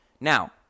Now